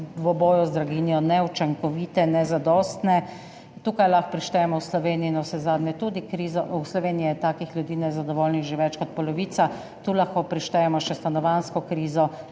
v boju z draginjo neučinkovite, nezadostne. Tukaj lahko prištejemo v Sloveniji navsezadnje tudi krizo. V Sloveniji je nezadovoljnih ljudi že več kot polovica. Tu lahko prištejemo še stanovanjsko krizo,